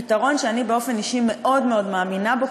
פתרון שאני באופן אישי מאוד מאוד מאמינה בו,